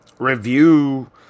review